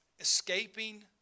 escaping